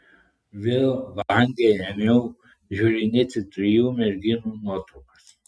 vėl vangiai ėmiau žiūrinėti trijų merginų nuotraukas